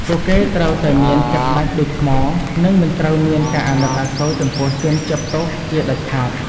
ពួកគេត្រូវតែមានចិត្តដាច់ដូចថ្ម និងមិនត្រូវមានការអាណិតអាសូរចំពោះជនជាប់ទោសជាដាច់ខាត។